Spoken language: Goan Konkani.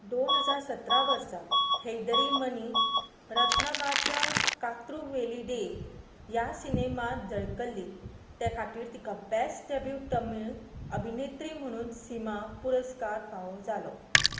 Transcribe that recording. दोन हजार सतरा वर्सा हैदरीमनी रत्नमाच्या कात्रु वेलीदेय ह्या सिनेमांत झळकल्ली तें खातीर तिका बॅस्ट डॅब्यू तमिळ अभिनेत्री म्हुणून सिमा पुरस्कार फावो जालो